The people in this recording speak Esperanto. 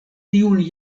tiun